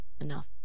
enough